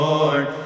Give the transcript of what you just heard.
Lord